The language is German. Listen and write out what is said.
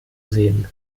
sehen